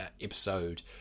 episode